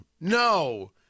no